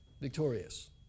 victorious